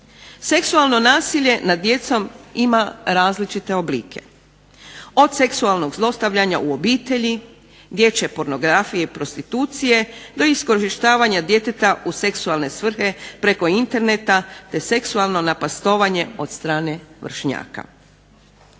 Seksualno nasilje nad djecom ima različite oblike. Od seksualnog zlostavljanja u obitelji, dječje pornografije, prostitucije, do iskorištavanja djeteta u seksualne svrhe preko interneta, te seksualno napastovanje od strane vršnjaka.